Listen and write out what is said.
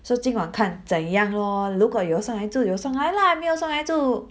so 今晚看怎样咯如果有上来就有上来啦 if 没有上来就